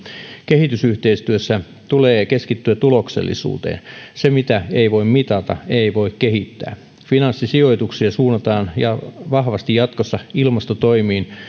kehitysyhteistyössä tulee keskittyä tuloksellisuuteen sitä mitä ei voi mitata ei voi kehittää finanssisijoituksia suunnataan vahvasti jatkossa ilmastotoimiin